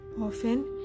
Often